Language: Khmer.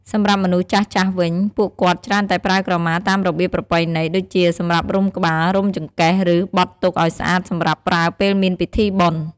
សម្រាប់មនុស្សចាស់ៗវិញ ពួកគាត់ច្រើនតែប្រើក្រមាតាមរបៀបប្រពៃណី ដូចជាសម្រាប់រុំក្បាល រុំចង្កេះ ឬ បត់ទុកឱ្យស្អាតសម្រាប់ប្រើពេលមានពីធីបុណ្យ។